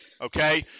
okay